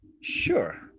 Sure